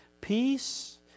Peace